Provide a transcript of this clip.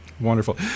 Wonderful